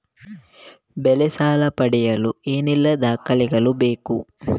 ಬೆಳೆ ಸಾಲ ಪಡೆಯಲು ಏನೆಲ್ಲಾ ದಾಖಲೆಗಳು ಬೇಕು?